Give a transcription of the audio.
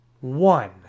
One